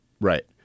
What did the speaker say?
Right